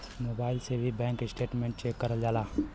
mobile से भी bank statement check करल जाला